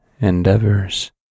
endeavors